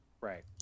Right